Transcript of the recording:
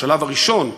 בשלב הראשון,